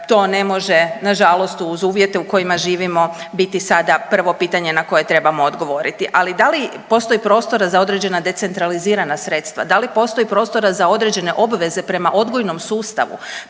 to ne može nažalost uz uvjete u kojima živimo biti sada prvo pitanje na koje trebamo odgovoriti. Ali da li postoji prostora za određena decentralizirana sredstva, da li postoji prostora za određene obveze prema odgojnom sustavu,